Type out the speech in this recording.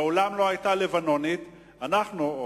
שמעולם לא היתה לבנונית, אנחנו, או